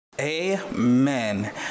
Amen